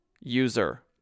user